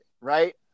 Right